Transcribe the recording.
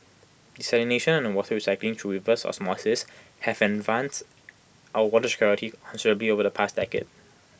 desalination and water recycling through reverse osmosis have enhanced our water security considerably over the past decade